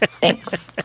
Thanks